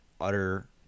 utter